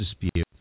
dispute